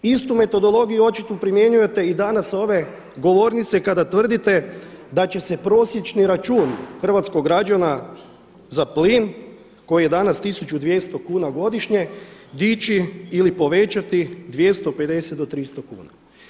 Istu metodologiju očito primjenjujete i danas sa ove govornice kada tvrdite da će se prosječni račun hrvatskog građana za plin koji je danas 1200 kuna godišnje dići ili povećati 250 do0 300 kuna.